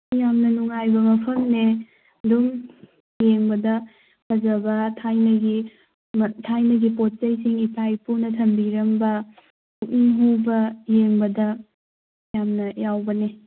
ꯌꯥꯝꯅ ꯅꯨꯡꯉꯥꯏꯕ ꯃꯐꯝꯅꯦ ꯑꯗꯨꯝ ꯌꯦꯡꯕꯗ ꯐꯖꯕ ꯊꯥꯏꯅꯒꯤ ꯊꯥꯏꯅꯒꯤ ꯄꯣꯠ ꯆꯩꯁꯤꯡ ꯏꯄꯥ ꯏꯄꯨꯅ ꯊꯝꯕꯤꯔꯝꯕ ꯄꯨꯛꯅꯤꯡ ꯍꯨꯕ ꯌꯦꯡꯕꯗ ꯌꯥꯝꯅ ꯌꯥꯎꯕꯅꯤ